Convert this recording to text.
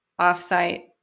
offsite